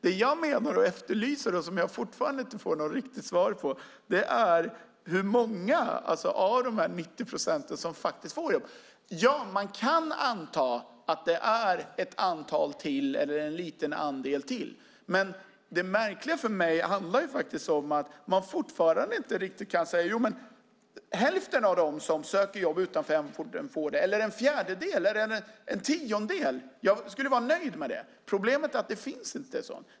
Det jag efterlyser och som jag fortfarande inte får något riktigt svar på är hur många av dessa 90 procent som faktiskt får jobb. Man kan anta att det är ett antal till eller en liten andel till. Men det märkliga tycker jag är att man fortfarande inte kan säga: Hälften av dem som söker jobb utanför hemorten får ett jobb, eller en fjärdedel eller en tiondel. Jag skulle vara nöjd med. Problemet är att det inte finns sådana siffror.